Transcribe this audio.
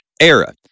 era